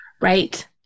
Right